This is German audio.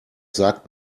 sagt